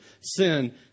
Sin